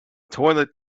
toilet